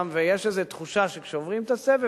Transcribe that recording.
כי יש איזו תחושה שכשעוברים את הסבב,